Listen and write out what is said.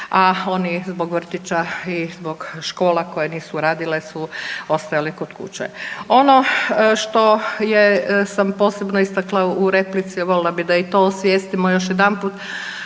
a oni zbog vrtića i zbog škola koje nisu radile su ostajali kod kuće. Ono što je, sam posebno istakla u replici, voljela bi da i to osvijestimo još jedanput,